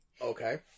Okay